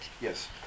Yes